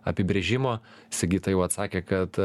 apibrėžimo sigita jau atsakė kad